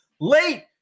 late